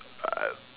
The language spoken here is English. uh